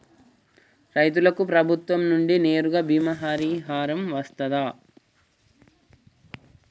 రైతులకు ప్రభుత్వం నుండి నేరుగా బీమా పరిహారం వత్తదా?